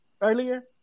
earlier